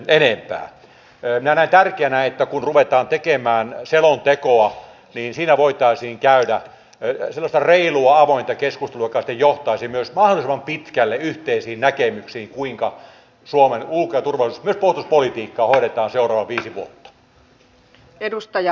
minä näen tärkeänä että kun ruvetaan tekemään selontekoa niin siinä voitaisiin käydä sellaista reilua avointa keskustelua joka sitten johtaisi myös mahdollisimman pitkälle yhteisiin näkemyksiin kuinka suomen ulko ja turvallisuus myös puolustuspolitiikkaa hoidetaan seuraavat viisi vuotta